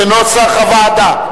כנוסח הוועדה.